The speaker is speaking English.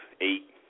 eight